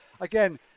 Again